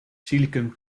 silicium